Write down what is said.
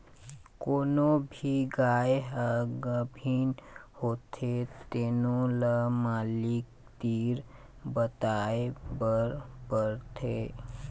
कोनो भी गाय ह गाभिन होथे तेनो ल मालिक तीर बताए बर परथे